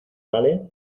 vale